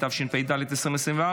התשפ"ד 2024,